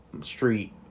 street